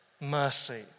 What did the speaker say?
mercy